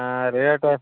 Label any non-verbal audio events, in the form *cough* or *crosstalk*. *unintelligible*